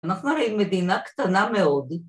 ‫אנחנו ראים מדינה קטנה מאוד.